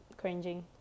cringing